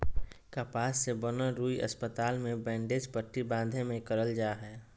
कपास से बनल रुई अस्पताल मे बैंडेज पट्टी बाँधे मे करल जा हय